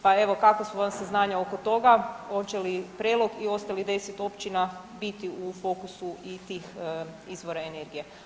Pa evo kakva su vam saznanja oko toga, hoće li Prelog i ostalih 10 općina biti u fokusu i tih izvora energije.